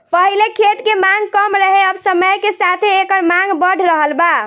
पहिले खेत के मांग कम रहे अब समय के साथे एकर मांग बढ़ रहल बा